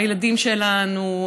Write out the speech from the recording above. הילדים שלנו,